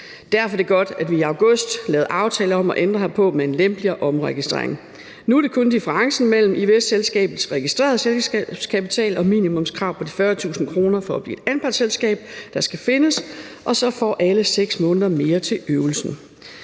Derfor er det godt, at vi i august lavede en aftale om at ændre herpå med en lempeligere omregistrering. Nu er det kun differencen mellem ivs-selskabets registrerede selskabskapital og minimumskravet på de 40.000 kr. for at blive anpartsselskab, der skal findes, og så får alle 6 måneder mere til øvelsen.